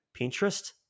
Pinterest